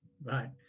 Bye